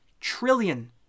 trillion